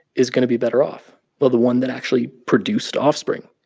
is going to be better off? well, the one that actually produced offspring,